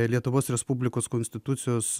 lietuvos respublikos konstitucijos